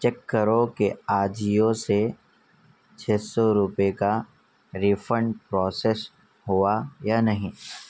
check کرو کہ آجیو سے چھ سو روپئے کا ریفنڈ پروسیس ہوا یا نہیں